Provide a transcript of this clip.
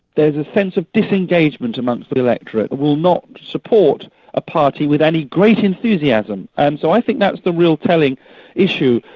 there's a sense of disengagement amongst the the electorate that will not support a party with any great enthusiasm. and so i think that's the real telling issue,